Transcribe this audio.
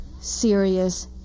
serious